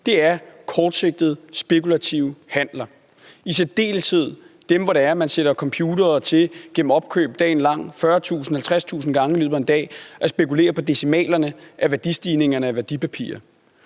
er de kortsigtede, spekulative handler, i særdeleshed dem, hvor man sætter computere til gennem opkøb dagen lang, 40.000, 50.000 gange i løbet af en dag, at spekulere i decimalerne af værdistigningerne på værdipapirer.